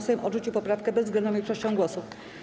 Sejm odrzucił poprawkę bezwzględną większością głosów.